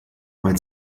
mein